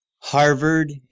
Harvard